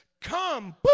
come